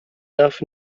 darf